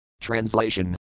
Translation